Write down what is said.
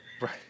Right